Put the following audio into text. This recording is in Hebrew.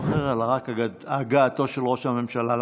אחר אלא רק הגעתו של ראש הממשלה למליאה,